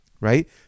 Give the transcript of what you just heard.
Right